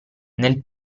nel